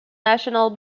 national